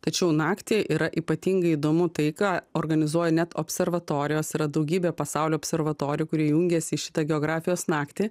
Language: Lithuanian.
tačiau naktį yra ypatingai įdomu tai ką organizuoja net observatorijos yra daugybė pasaulio observatorijų kurie jungiasi į šitą geografijos naktį